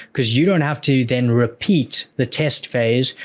cause you don't have to then repeat the test phase.